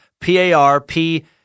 P-A-R-P